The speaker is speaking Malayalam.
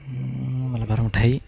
മലബാർ മിഠായി